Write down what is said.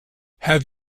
have